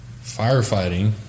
firefighting